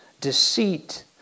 deceit